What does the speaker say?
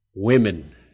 Women